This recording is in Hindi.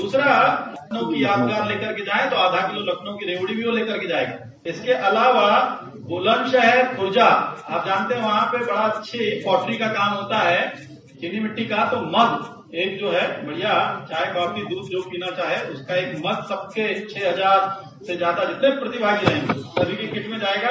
दूसरा लखनऊ की यादगार लेकर के जायें तो आधा किलो लखनऊ की रेवड़ी भी वह लेकर के जायें इसके अलावा बुलंदशहर खुर्जा आप जानते हैं वहां पे बड़ा अच्छी पौल्ट्री का काम होता है चीनी मिट्टी का तो मग एक किलो है बढ़िया चाय काफी दूध जो पीना चाहें उसका एक मग छह हजार से ज्यादा जितने भी प्रतिभागी हैं सभी की किट में जायेगा